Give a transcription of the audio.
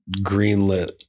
greenlit